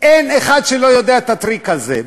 אין אחד שלא יודע את הטריק הזה.